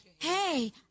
Hey